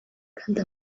kandi